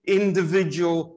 individual